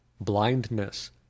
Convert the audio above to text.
blindness